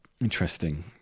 interesting